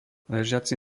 ležiaci